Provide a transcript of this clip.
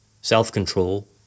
self-control